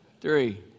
three